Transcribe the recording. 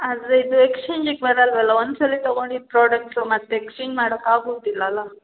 ಆದರೆ ಇದು ಎಕ್ಸ್ಚೇಂಜಿಗೆ ಬರೋಲ್ವಲ ಒಂದು ಸಲಿ ತಗೊಂಡಿದ್ದು ಪ್ರಾಡೆಕ್ಟ್ಸ್ ಮತ್ತು ಎಕ್ಸ್ಚೇಂಜ್ ಮಾಡೋಕ್ ಆಗೋದಿಲ್ಲಲ್ಲ